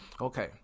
Okay